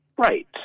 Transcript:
Right